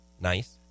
Nice